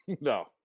no